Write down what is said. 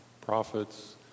prophets